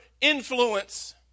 influence